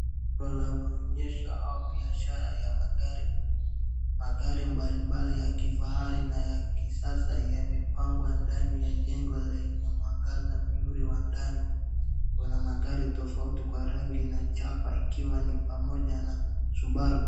Duka la maonyesho au biashara ya magari. Magari mbalimbali ya kifahari na ya kisasa yamepangwa ndani ya jengo lenye mwangaza mzuri wa ndani. Kuna magari tofauti kwa rangi na chapa ikiwa ni pamoja na Subaru.